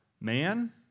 Man